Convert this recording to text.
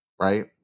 right